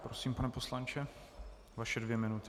Prosím, pane poslanče, vaše dvě minuty.